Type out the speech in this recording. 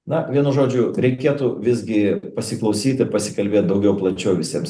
na vienu žodžiu reikėtų visgi pasiklausyt ir pasikalbėt daugiau plačiau visiems